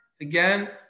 again